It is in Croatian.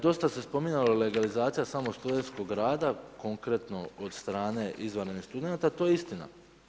Dosta se spominjalo legalizacija samog stud.rada, konkretno od strane izvanrednih studenata, to je istina.